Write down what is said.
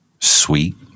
sweet